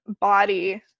body